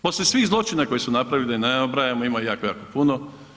Poslije svih zločina koje su napravili da ne nabrajamo ima ih jako, jako puno.